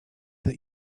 that